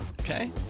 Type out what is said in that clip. Okay